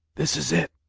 this is it,